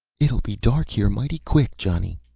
it'll be dark here mighty quick, johnny,